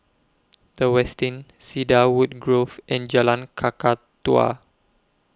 The Westin Cedarwood Grove and Jalan Kakatua